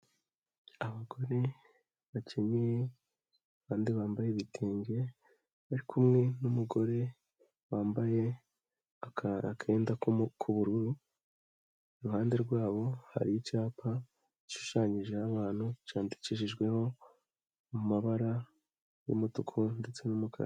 Abagore bakenye, abandi bambaye ibitenge, bari kumwe n'umugore wambaye akenda k'ubururu, iruhande rwabo hari icyapa gishushanyije abantu, cyandikishijweho mu mabara y'umutuku ndetse n'umukara.